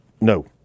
No